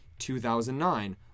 2009